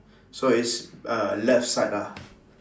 so it's uh left side ah